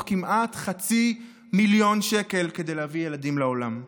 כמעט חצי מיליון שקל כדי להביא ילדים לעולם?